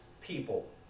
people